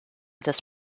des